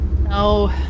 no